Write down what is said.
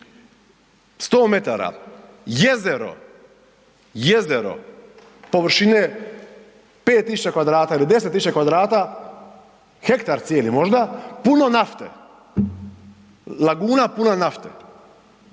100 metara jezero, jezero površine 5000 kvadrata ili 10 000 kvadrata, hektar cijeli možda, puno nafte, laguna puna nafte